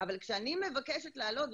אבל כשאני מבקשת לעלות,